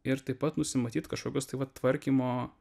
ir taip pat nusimatyt kažkokios tai vat tvarkymo